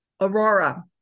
aurora